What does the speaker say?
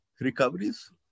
recoveries